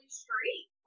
street